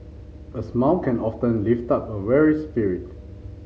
a smile can often lift up a weary spirit